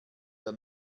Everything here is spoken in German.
der